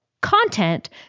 content